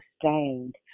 sustained